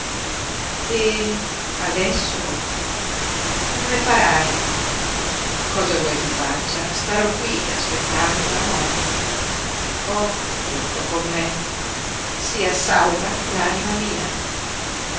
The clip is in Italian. e adesso come farai cosa vuoi che faccia starò qui aspettando la morte ho tutto con me sia salva l'anima mia